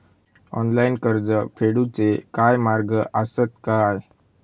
Online कर्ज फेडूचे काय मार्ग आसत काय?